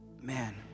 man